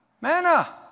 Manna